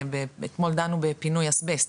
אתמול דנו בפינוי אסבסט,